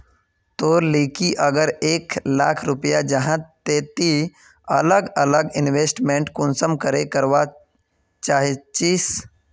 तोर लिकी अगर एक लाख रुपया जाहा ते ती अलग अलग इन्वेस्टमेंट कुंसम करे करवा चाहचिस?